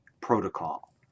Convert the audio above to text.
Protocol